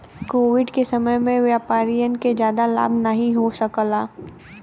Covid के समय में व्यापारियन के जादा लाभ नाहीं हो सकाल